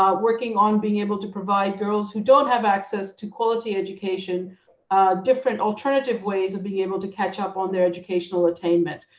um working on being able to provide girls who don't have access to quality education different alternative ways of being able to catch up on their educational attainment.